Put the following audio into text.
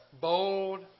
bold